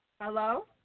Hello